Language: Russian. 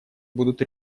будут